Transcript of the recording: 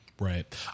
Right